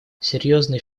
серьезный